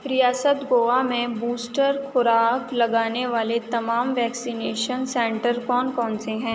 ریاست گوا میں بوسٹر خوراک لگانے والے تمام ویکسینیشن سنٹر کون کون سے ہیں